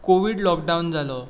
COVID lockdown जालो